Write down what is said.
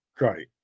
Right